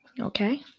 Okay